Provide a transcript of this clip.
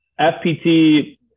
FPT